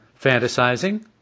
fantasizing